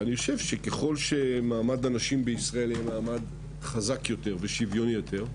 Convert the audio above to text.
אני חושב שככל שמעמד הנשים בישראל יהיה מעמד חזק יותר ושוויוני יותר,